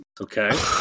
Okay